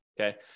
okay